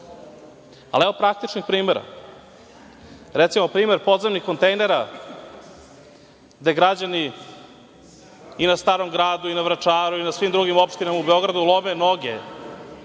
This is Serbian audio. Evo praktičnih primera. Recimo, primer podzemnih kontejnera, gde građani i na Starom gradu i na Vračaru i na svim drugim opštinama u Beogradu lome noge,